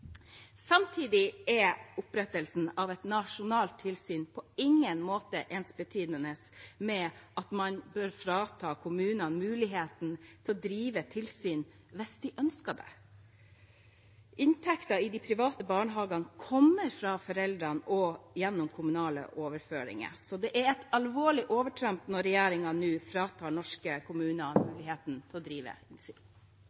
Samtidig er opprettelsen av et nasjonalt tilsyn på ingen måte ensbetydende med at man bør frata kommunene muligheten til å drive tilsyn hvis de ønsker det. Inntektene i de private barnehagene kommer fra foreldrene og gjennom kommunale overføringer, så det er et alvorlig overtramp når regjeringen nå fratar norske kommuner